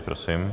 Prosím.